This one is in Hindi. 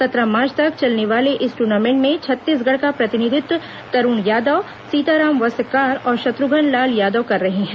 सत्रह मार्च तक चलने वाले इस ट्र्नामेंट में छत्तीसगढ़ का प्रतिनिधित्व तरूण यादव सीताराम वस्त्रकार और शत्र्घन लाल यादव कर रहे हैं